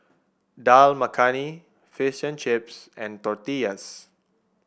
Dal Makhani Fish and Chips and Tortillas